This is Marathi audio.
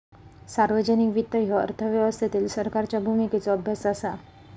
सार्वजनिक वित्त ह्यो अर्थव्यवस्थेतील सरकारच्या भूमिकेचो अभ्यास असा